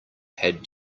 had